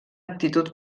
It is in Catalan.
actitud